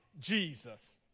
Jesus